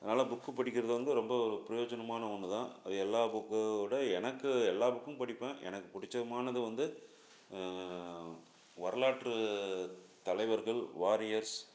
அதனால் புக்கு படிக்கிறது வந்து ரொம்ப ஒரு பிரயோஜனமான ஒன்று தான் அது எல்லா புக்கோட எனக்கு எல்லா புக்கும் படிப்பேன் எனக்குப் பிடிச்சமானது வந்து வரலாற்று தலைவர்கள் வாரியர்ஸ்